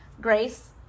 grace